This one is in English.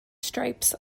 stripes